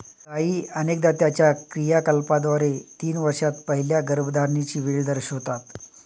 गायी अनेकदा त्यांच्या क्रियाकलापांद्वारे तीन वर्षांत पहिल्या गर्भधारणेची वेळ दर्शवितात